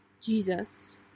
Jesus